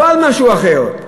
לא על משהו אחר.